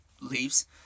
leaves